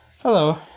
hello